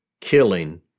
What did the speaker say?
killing